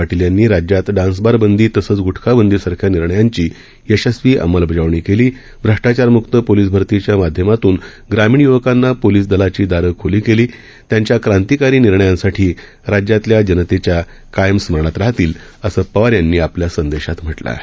पाटील यांनी राज्यात डान्सबार बंदी तसंच ग्र्टखाबंदीसारख्या निर्णयांची यशस्वी अंमलबजावणी केली भ्रष्टाचारमुक्त पोलिस भरतीच्या माध्यमातून ग्रामीण युवकांना पोलिस दलाची दारं खुली केली त्यांच्या क्रांतिकारी निर्णयांसाठी राज्यातल्या जनतेच्या कायम स्मरणात राहतील असं पवार यांनी आपल्या संदेशात म्हटलं आहे